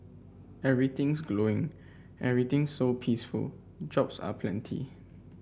everything's glowing everything's so peaceful jobs are plenty